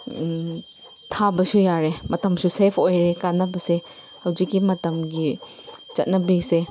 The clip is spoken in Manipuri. ꯊꯥꯕꯁꯨ ꯌꯥꯔꯦ ꯃꯇꯝꯁꯨ ꯁꯦꯐ ꯑꯣꯏꯔꯦ ꯀꯥꯟꯅꯕꯁꯦ ꯍꯧꯖꯤꯛꯀꯤ ꯃꯇꯝꯒꯤ ꯆꯠꯅꯕꯤꯁꯦ